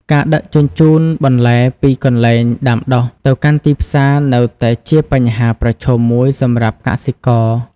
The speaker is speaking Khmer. ការដឹកជញ្ជូនបន្លែពីកន្លែងដាំដុះទៅកាន់ទីផ្សារនៅតែជាបញ្ហាប្រឈមមួយសម្រាប់កសិករ។